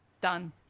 done